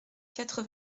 quatre